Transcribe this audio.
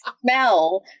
smell